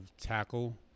tackle